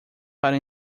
para